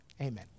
Amen